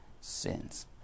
sins